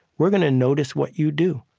we're going to notice what you do.